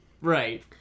Right